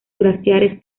glaciares